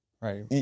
Right